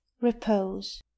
repose